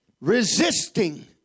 resisting